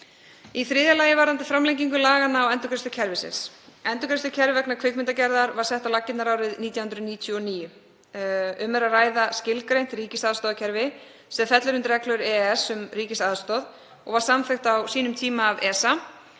Í þriðja lagi varðar frumvarpið framlengingu laganna og endurgreiðslukerfisins. Endurgreiðslukerfi vegna kvikmyndagerðar var sett á laggirnar árið 1999. Um er að ræða skilgreint ríkisaðstoðarkerfi sem fellur undir reglur EES um ríkisaðstoð og var samþykkt á sínum tíma af ESA.